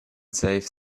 save